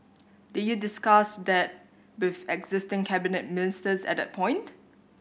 did you discuss that with existing cabinet ministers at that point